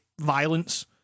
violence